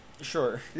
sure